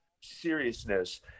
seriousness